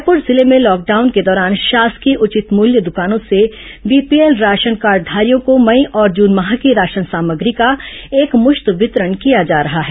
रायपुर जिले में लॉकडाउन के दौरान शासकीय उचित मुल्य दुकानों से बीपीएल राशन कार्डधारियों को मई और जून माँह की राशन सामग्री का एकमुश्त वितरण किया जा रहा है